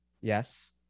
Yes